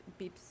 beeps